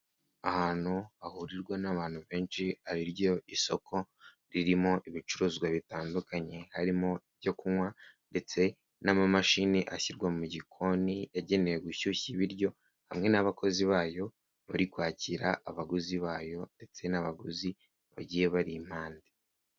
Ahantu hahurirwa n'abantu benshi ari ryo isoko ririmo ibicuruzwa bitandukanye, harimo ibyo kunywa ndetse n'amamashini ashyirwa mu gikoni yagenewe gushyushya ibiryo, hamwe n'abakozi bayo bari kwakira abaguzi bayo ndetse n'abaguzi bagiye bari impande.